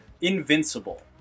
Invincible